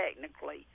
technically